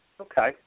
Okay